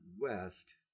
West